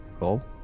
roll